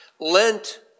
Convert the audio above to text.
Lent